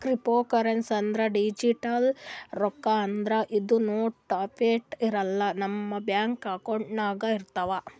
cryptocurrency ಅಂದ್ರ digital ರೊಕ್ಕಾ ಆದ್ರ್ ಇದು ನೋಟ್ ಅಪ್ಲೆ ಇರಲ್ಲ ನಮ್ ಬ್ಯಾಂಕ್ ಅಕೌಂಟ್ನಾಗ್ ಇರ್ತವ್